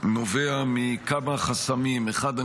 נובע מכמה חסמים: ראשית,